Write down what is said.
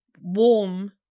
warm